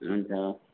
हुन्छ